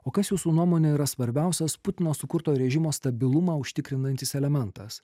o kas jūsų nuomone yra svarbiausias putino sukurto režimo stabilumą užtikrinantis elementas